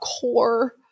core